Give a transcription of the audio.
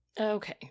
Okay